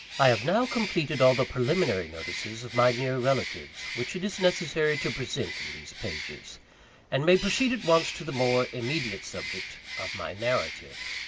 i have now completed all the preliminary notices of my near relatives, which it is necessary to present in these pages and may proceed at once to the more immediate subject of my narrative.